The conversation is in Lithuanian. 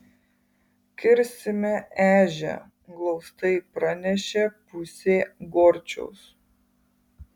kirsime ežią glaustai pranešė pusė gorčiaus